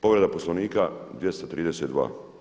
Povreda Poslovnika 232.